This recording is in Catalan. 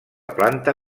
planta